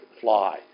fly